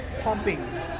pumping